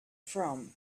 from